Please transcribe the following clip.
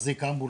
להחזיק אמבולנס,